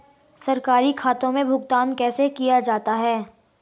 सरकारी खातों में भुगतान कैसे किया जाता है?